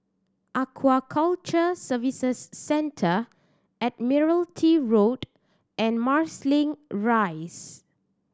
Aquaculture Services Centre Admiralty Road and Marsiling Rise